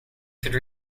could